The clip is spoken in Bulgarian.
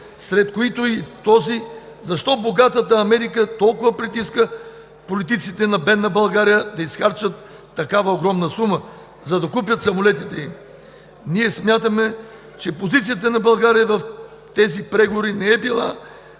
сред които и този: защо богатата Америка толкова притиска политиците на бедна България да изхарчат такава огромна сума, за да купят самолетите им? Ние смятаме, че позицията на България в тези преговори не е била